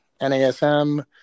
NASM